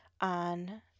on